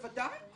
בוודאי.